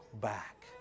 back